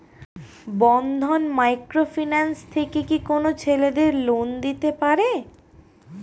বন্ধন micro finance থেকে কি কোন ছেলেদের লোন দিতে পারে?